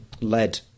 led